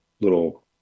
little